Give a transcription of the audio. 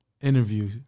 interview